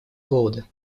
голода